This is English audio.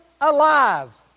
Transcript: alive